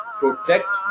protect